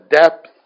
depth